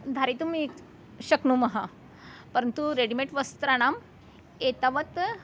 धारयितुम् शक्नुमः परन्तु रेडिमेट् वस्त्राणाम् एतावत्